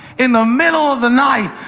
in the middle of the night,